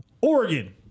Oregon